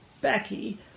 Becky